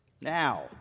now